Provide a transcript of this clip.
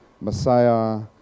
Messiah